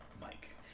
Mike